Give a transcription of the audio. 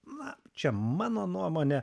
na čia mano nuomone